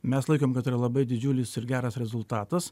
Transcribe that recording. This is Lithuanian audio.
mes laikėm kad tai yra labai didžiulis ir geras rezultatas